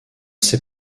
sait